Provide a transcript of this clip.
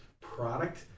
product